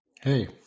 Hey